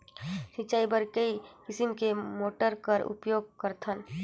सिंचाई बर कई किसम के मोटर कर उपयोग करथन?